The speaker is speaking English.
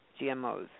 GMOs